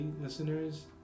listeners